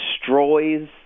destroys